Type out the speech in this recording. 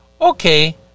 Okay